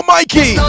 Mikey